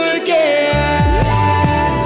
again